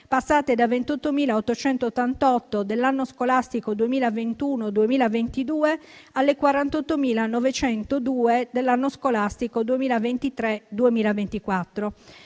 passate da 28.888 dell'anno scolastico 2021-2022 alle 48.902 dell'anno scolastico 2023-2024.